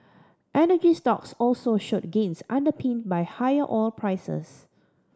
energy stocks also showed gains underpinned by higher oil prices